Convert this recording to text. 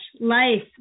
Life